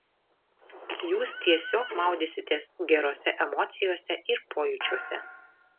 jūs tiesiog maudysitės gerose emocijose ir pojūčiuose